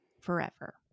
forever